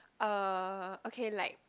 uh okay like